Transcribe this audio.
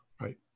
Right